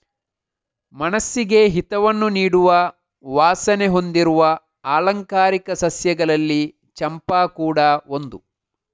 ಮನಸ್ಸಿಗೆ ಹಿತವನ್ನ ನೀಡುವ ವಾಸನೆ ಹೊಂದಿರುವ ಆಲಂಕಾರಿಕ ಸಸ್ಯಗಳಲ್ಲಿ ಚಂಪಾ ಕೂಡಾ ಒಂದು